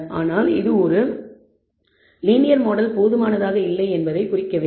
ஆனால் இது ஒரு லீனியர் மாடல் போதுமானதாக இல்லை என்பதைக் குறிக்கவில்லை